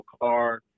car